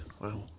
Wow